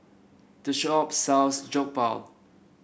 this shop sells Jokbal